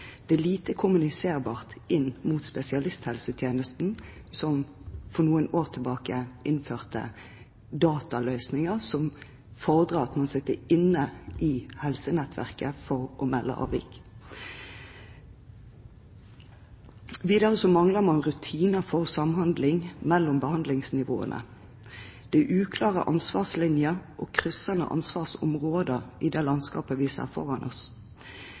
Det er lite kommuniserbart inn mot spesialisthelsetjenesten, som for noen år tilbake innførte dataløsninger som fordrer at man sitter inne i helsenettverket for å melde fra om avvik. Videre mangler man rutiner for samhandling mellom behandlingsnivåene. Det er uklare ansvarslinjer og kryssende ansvarsområder i det landskapet vi ser foran oss.